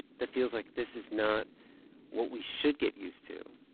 that feels like this is not what we should get used to.